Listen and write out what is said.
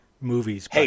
movies